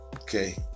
Okay